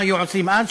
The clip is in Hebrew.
מה היו עושים אז,